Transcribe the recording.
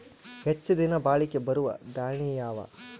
ಹೆಚ್ಚ ದಿನಾ ಬಾಳಿಕೆ ಬರಾವ ದಾಣಿಯಾವ ಅವಾ?